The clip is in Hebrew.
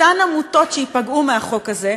אותן עמותות שייפגעו מהחוק הזה,